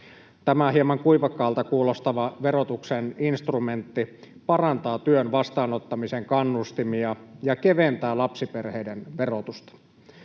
Tämä hieman kuivakkaalta kuulostava verotuksen instrumentti parantaa työn vastaanottamisen kannustimia ja keventää lapsiperheiden verotusta.